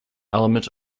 element